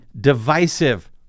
divisive